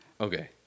Okay